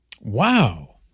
Wow